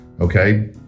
Okay